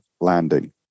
landing